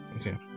Okay